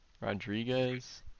Rodriguez